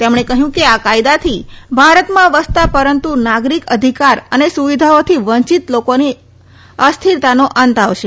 તેમણે કહ્યું કે આ કાયદાથી ભારતમાં વસતા પરંતુ નાગરિક અધિકાર અને સુવિધાઓથી વંચિત લોકોની અસ્થિરતાનો અંત આવશે